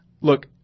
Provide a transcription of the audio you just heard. Look